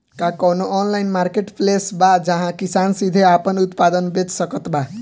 का कउनों online marketplace बा जहां किसान सीधे आपन उत्पाद बेच सकत बा?